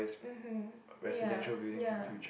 mmhmm ya ya